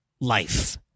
life